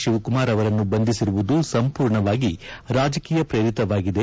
ಶಿವಕುಮಾರ್ ಅವರನ್ನು ಬಂಧಿಸಿರುವುದು ಸಂಪೂರ್ಣವಾಗಿ ರಾಜಕೀಯ ಪ್ರೇರಿತವಾಗಿದೆ